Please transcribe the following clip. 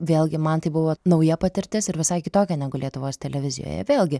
vėlgi man tai buvo nauja patirtis ir visai kitokia negu lietuvos televizijoje vėlgi